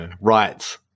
right